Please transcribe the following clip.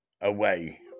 away